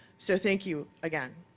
so thank you, again.